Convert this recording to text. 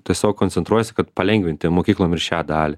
tiesiog koncentruojasi kad palengvint ir mokyklom ir šią dalį